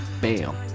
BAM